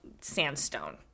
sandstone